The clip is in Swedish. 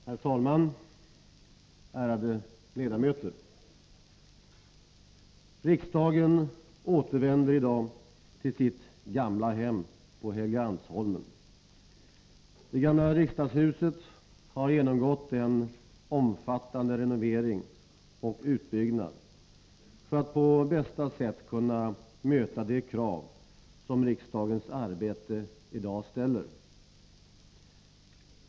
Herr talman, ärade ledamöter! Riksdagen återvänder i dag till sitt gamla hem på Helgeandsholmen. Det gamla riksdagshuset har genomgått en omfattande renovering och utbyggnad för att på bästa sätt kunna möta de krav som riksdagens arbete i dag ställer.